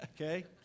okay